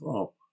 up